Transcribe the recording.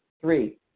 Three